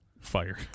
fire